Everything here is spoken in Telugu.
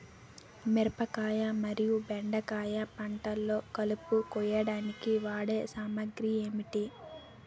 మిరపకాయ మరియు బెండకాయ పంటలో కలుపు కోయడానికి వాడే సామాగ్రి ఏమిటి?